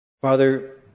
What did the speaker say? Father